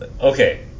Okay